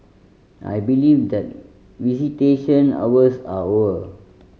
I believe that visitation hours are over